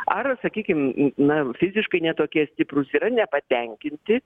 ar sakykim na fiziškai ne tokie stiprūs yra nepatenkinti